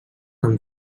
amb